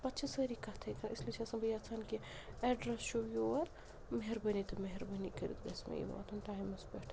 پَتہٕ چھِ سٲری کَتھٔے کَران اِس لیے چھیٚس نہٕ بہٕ یَژھان کیٚنٛہہ ایٚڈرَس چھُو یور مہربٲنی تہٕ مہربٲنی کٔرِتھ گَژھہِ مےٚ یہِ واتُن ٹایمَس پٮ۪ٹھ